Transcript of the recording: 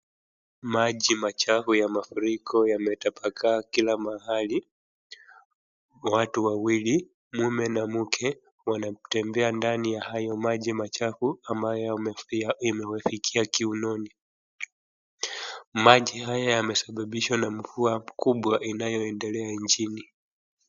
Maji machafu ya mafuriko yametapakaa kila mahali. Watu wawili, mume na mke wanatembea ndani ya hayo maji machafu ambayo imewafikia kiunoni. Maji haya yamesababishwa na mvua kubwa inayoendelea nchini.